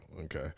okay